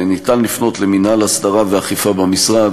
אפשר לפנות למינהל הסדרה ואכיפה במשרד,